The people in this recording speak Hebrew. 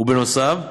ובנוסף,